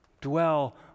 dwell